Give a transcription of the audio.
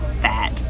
fat